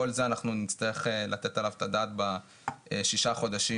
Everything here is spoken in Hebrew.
כל זה אנחנו נצטרך לתת עליו את הדעת בשישה החודשים